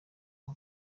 aho